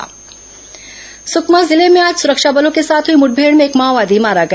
माओवादी मुठमेड़ सुकमा जिले में आज सुरक्षा बलों के साथ हुई मुठभेड़ में एक माओवादी मारा गया